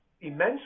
immensely